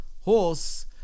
horse